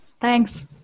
thanks